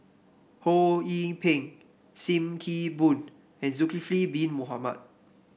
Ho Yee Ping Sim Kee Boon and Zulkifli Bin Mohamed